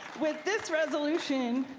with this resolution,